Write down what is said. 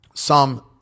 Psalm